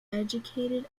educated